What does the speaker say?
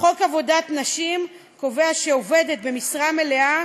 חוק עבודת נשים קובע שעובדת במשרה מלאה